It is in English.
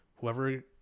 whoever